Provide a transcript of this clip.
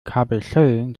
kabelschellen